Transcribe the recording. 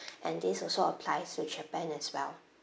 and this also applies to japan as well